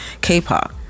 K-pop